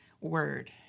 word